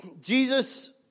Jesus